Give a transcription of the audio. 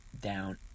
down